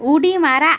उडी मारा